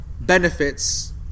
benefits